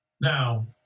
Now